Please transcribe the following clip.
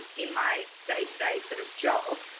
in my day to day sort of job,